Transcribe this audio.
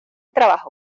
trabajo